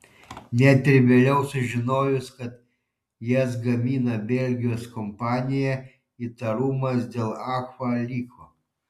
net ir vėliau sužinojus kad jas gamina belgijos kompanija įtarumas dėl agfa liko